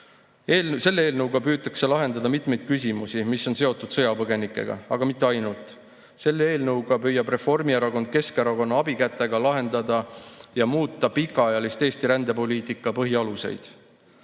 Selle eelnõuga püütakse lahendada mitmeid küsimusi, mis on seotud sõjapõgenikega, aga mitte ainult. Selle eelnõuga püüab Reformierakond Keskerakonna abikätega lahendada ja muuta Eesti pikaajalise rändepoliitika põhialuseid.